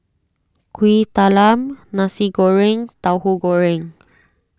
Kuih Talam Nasi Goreng and Tauhu Goreng